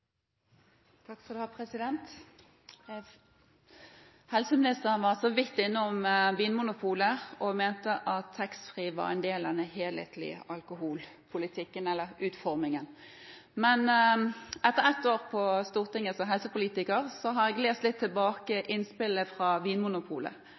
Helseministeren var så vidt innom dette med Vinmonopolet og mente at taxfree-ordningen var en del av den helhetlige alkoholpolitikkutformingen. Etter ett år på Stortinget som helsepolitiker har jeg gått tilbake og lest litt